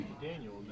Daniel